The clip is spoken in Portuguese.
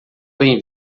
bem